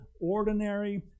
ordinary